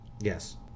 Yes